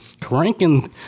Cranking